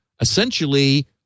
essentially